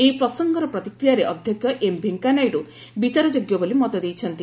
ଏହି ପ୍ରସଙ୍ଗର ପ୍ରତିକ୍ରିୟାରେ ଅଧ୍ୟକ୍ଷ ଏମ୍ ଭେଙ୍କୟା ନାଇଡ଼ୁ ଏହା ବିଚାର ଯୋଗ୍ୟ ବୋଲି ମତ ଦେଇଛନ୍ତି